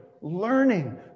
learning